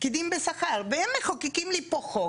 פקידים בשכר, והם מחוקקים לי פה חוק